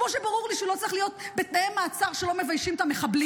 כמו שברור לי שהוא לא צריך להיות בתנאי מעצר שלא מביישים את המחבלים,